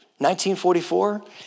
1944